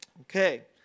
Okay